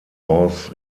aus